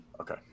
Okay